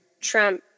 trump